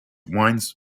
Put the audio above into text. winds